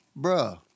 Bruh